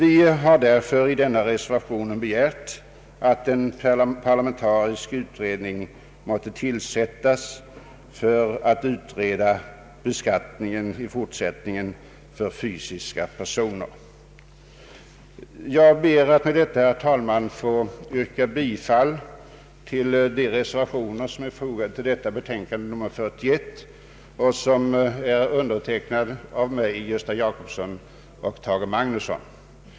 I reservationen 23 begär vi att en parlamentarisk utredning tillsättes med uppgift att utreda beskattningen av fysiska personer i fortsättningen. Jag ber med detta, herr talman, att få yrka bifall till de reservationer som är fogade till bevillningsutskottets betänkande nr 40 och som är undertecknade av mig, herr Gösta Jacobsson och herr Tage Magnusson.